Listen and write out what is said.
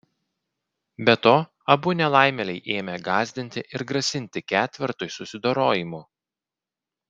be to abu nelaimėliai ėmę gąsdinti ir grasinti ketvertui susidorojimu